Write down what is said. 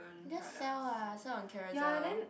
just sell ah sell on Carousell